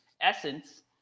essence